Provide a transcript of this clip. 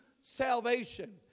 salvation